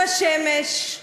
הוא השמש.